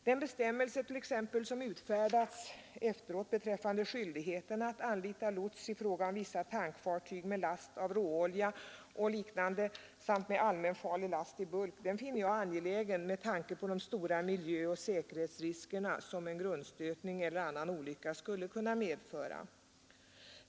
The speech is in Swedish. Den bestämmelse som utfärdats beträffande skyldigheten att anlita lots i fråga om vissa tankfartyg med last av råolja och liknande samt med allmänfarlig last i bulk finner jag angelägen med tanke på de stora miljöoch säkerhetsrisker, som en grundstötning eller annat slag av olycka skulle kunna medföra.